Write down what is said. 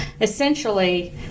essentially